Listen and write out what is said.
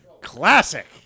Classic